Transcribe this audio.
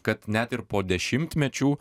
kad net ir po dešimtmečių